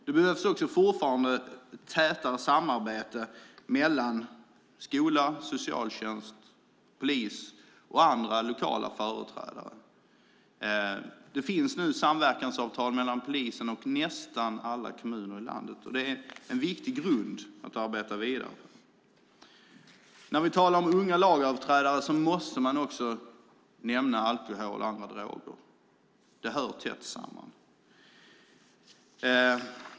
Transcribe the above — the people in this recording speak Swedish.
Det behövs fortfarande också ett tätare samarbete mellan skola, socialtjänst, polis och andra lokala företrädare. Det finns nu samverkansavtal mellan polisen och nästan alla kommuner i landet, och de är en viktig grund att arbeta vidare från. När vi talar om unga lagöverträdare måste jag också nämna alkohol och andra droger. Det hör tätt samman.